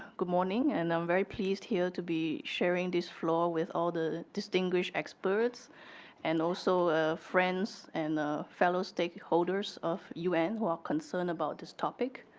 good morning, and i'm very pleased here to be sharing this floor with all the distinguished experts and also friends and fellow stakeholders of un who are concerned about this topic.